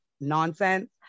nonsense